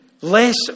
less